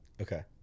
Okay